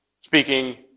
speaking